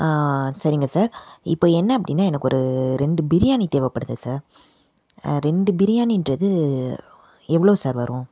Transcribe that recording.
சரிங்க சார் இப்போ என்ன அப்படின்னா எனக்கு ஒரு ரெண்டு பிரியாணி தேவைப்படுது சார் ரெண்டு பிரியாணின்றது எவ்வளோ சார் வரும்